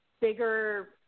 bigger